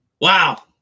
Wow